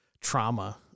trauma